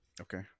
Okay